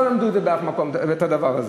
לא למדו באף מקום את הדבר הזה,